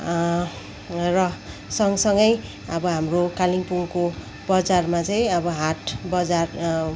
र सँगसँगै अब हाम्रो कालिम्पोङको बजारमा चाहिँ अब हाट बजार